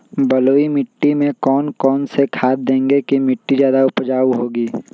बलुई मिट्टी में कौन कौन से खाद देगें की मिट्टी ज्यादा उपजाऊ होगी?